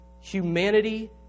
Humanity